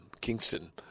Kingston